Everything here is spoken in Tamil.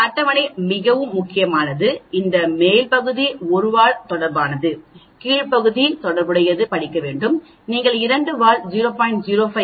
இந்த அட்டவணை மிகவும் முக்கியமானது இந்த மேல் பகுதி 1 வால் தொடர்பானது கீழ் பகுதி தொடர்புடையது படிக்க வேண்டும் நீங்கள் 2 வால் 0